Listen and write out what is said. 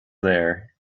there